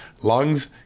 lungs